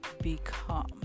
become